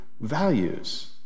values